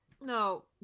No